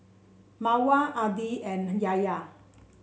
Mawar Adi and Yahya